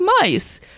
mice